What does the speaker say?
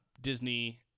Disney